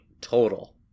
total